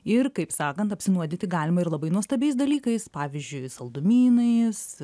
ir kaip sakant apsinuodyti galima ir labai nuostabiais dalykais pavyzdžiui saldumynais